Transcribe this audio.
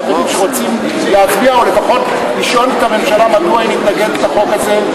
שרוצים להצביע או לפחות לשאול את הממשלה מדוע היא מתנגדת לחוק הזה,